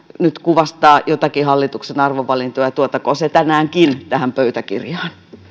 nyt kuvastaa joitakin hallituksen arvovalintoja tuotakoon se tänäänkin tähän pöytäkirjaan